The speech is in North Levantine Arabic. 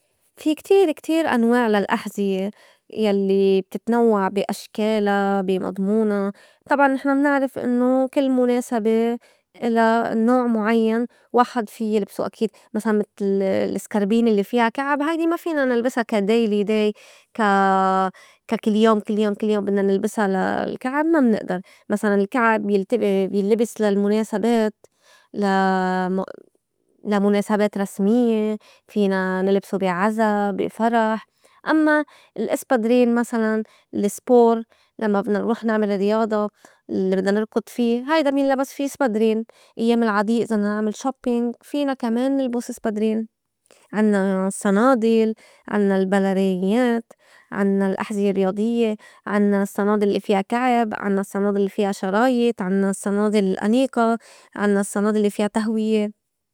في كتير- كتير أنواع للأحزية يلّي بتتنوّع بي أشكالا بي مضمونا طبعاً نحن منعرف إنّو كل مُناسبة إلا نوع مُعيّن واحد في يلبسو أكيد مسلاً متل السكربينة الّي فيا كعب هيدي ما فينا نلبسا كا daily day كا كل- يوم- كل- يوم- كل يوم بدنا نلبسا للكعب ما منئدر، مسلاً الكعب بيت- بينلبس للمُناسبات لا مُناسبات رسميّة، فينا نلبسو بي عزا، بي فرح، أمّا الإسبادرين مسلاً السبور لمّا بدنا نروح نعمل رياضة الّي بدنا نركُض في هيدا بينلبس في سبدرين، أيّام العاديّة إذا بدنا نعمل shopping فينا كمان نلُبس سبدرين، عنّا الصنادل، عنّا البلرينيات، عنّا الأحزية الرياضيّة، عنّا الصنادل الّي فيا كعب، عنّا الصنادل الّي فيا شرايط، عنّا الصندل الأنيقة، عنّا الصنادل الّي فيا تهوية.